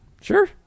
Sure